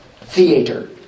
theater